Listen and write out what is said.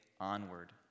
onward